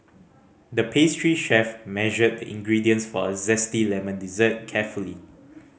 the pastry chef measured the ingredients for a zesty lemon dessert carefully